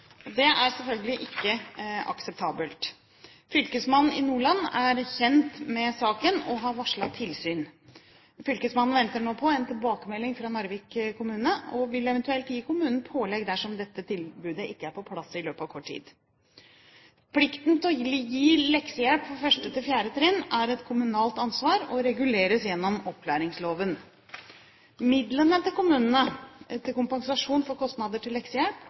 og har varslet tilsyn. Fylkesmannen venter nå på en tilbakemelding fra Narvik kommune og vil eventuelt gi kommunen pålegg dersom dette tilbudet ikke er på plass i løpet av kort tid. Plikten til å gi leksehjelp på 1.–4. trinn er et kommunalt ansvar og reguleres gjennom opplæringsloven. Midlene til kommunene til kompensasjon for kostnader til